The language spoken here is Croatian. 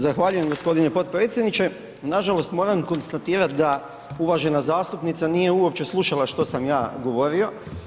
Zahvaljujem gospodine potpredsjedniče, nažalost moram konstatirat da uvažena zastupnica nije uopće slušala što sam ja govorio.